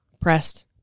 pressed